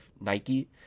Nike